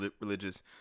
religious